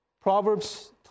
Proverbs